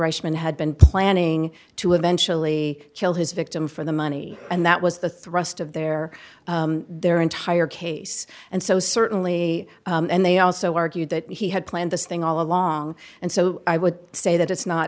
reisman had been planning to eventually kill his victim for the money and that was the thrust of their their entire case and so certainly and they also argued that he had planned this thing all along and so i would say that it's not